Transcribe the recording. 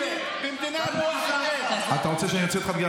אתה רוצה שאני אעזור לך, כאילו.